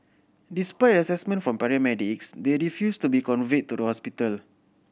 despite assessment by paramedics they refused to be conveyed to the hospital